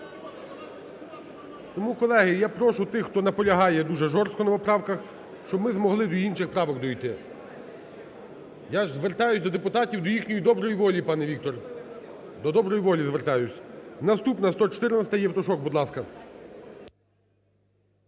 Тому, колеги, я прошу тих, хто наполягає дуже жорстко на поправках, щоб ми змогли до інших поправок дійти. Я звертаюсь до депутатів, до їхньої доброї волі, пане Віктор. До доброї волі звертаюсь. Наступна, 114-а, Євтушок, будь ласка.